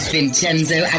Vincenzo